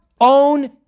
own